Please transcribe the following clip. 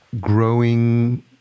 growing